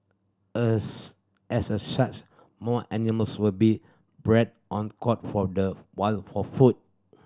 as as a such more animals will be bred on caught from the wild for food